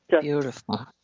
Beautiful